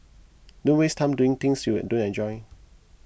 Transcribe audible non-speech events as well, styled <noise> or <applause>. don't waste time doing things you <unintelligible> don't enjoy